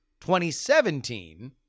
2017